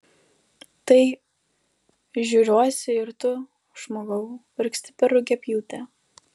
tai žiūriuosi ir tu žmogau vargsti per rugiapjūtę